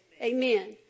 Amen